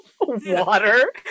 water